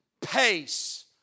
pace